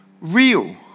real